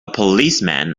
policeman